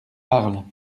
arles